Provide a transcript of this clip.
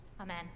Amen